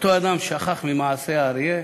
אותו אדם שכח ממעשה האריה,